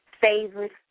favorite